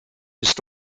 ist